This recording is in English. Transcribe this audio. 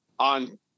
On